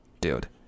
dude